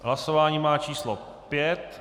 Hlasování má číslo 5.